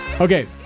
okay